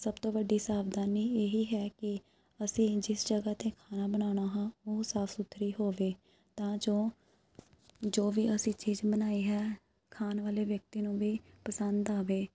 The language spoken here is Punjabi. ਸਭ ਤੋਂ ਵੱਡੀ ਸਾਵਧਾਨੀ ਇਹੀ ਹੈ ਕਿ ਅਸੀਂ ਜਿਸ ਜਗ੍ਹਾ 'ਤੇ ਖਾਣਾ ਬਣਾਉਣਾ ਹਾਂ ਉਹ ਸਾਫ ਸੁਥਰੀ ਹੋਵੇ ਤਾਂ ਜੋ ਜੋ ਵੀ ਅਸੀਂ ਚੀਜ਼ ਬਣਾਈ ਹੈ ਖਾਣ ਵਾਲੇ ਵਿਅਕਤੀ ਨੂੰ ਵੀ ਪਸੰਦ ਆਵੇ